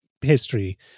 history